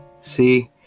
See